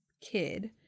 kid